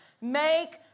Make